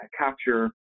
capture